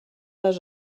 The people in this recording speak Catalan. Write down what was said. les